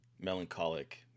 melancholic